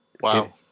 Wow